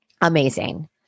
Amazing